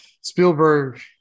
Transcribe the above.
Spielberg